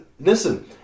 listen